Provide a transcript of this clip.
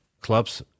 clubs